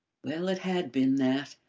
well, it had been that,